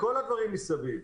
כל הדברים מסביב.